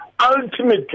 ultimately